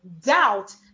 doubt